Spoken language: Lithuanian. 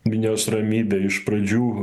minios ramybė iš pradžių